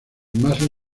más